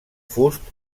fust